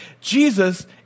Jesus